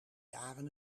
jaren